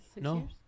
No